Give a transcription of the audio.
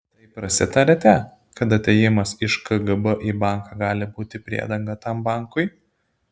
tai prasitarėte kad atėjimas iš kgb į banką gali būti priedanga tam bankui